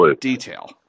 detail